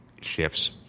shifts